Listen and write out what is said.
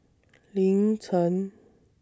Lin Chen